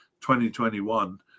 2021